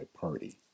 party